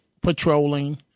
patrolling